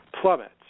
plummets